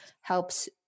helps